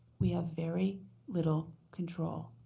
we have very little control.